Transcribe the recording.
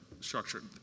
structured